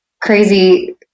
crazy